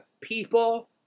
people